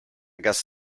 guess